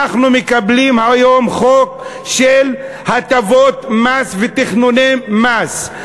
אנחנו מקבלים היום חוק של הטבות מס ותכנוני מס.